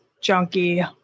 junkie